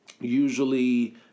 Usually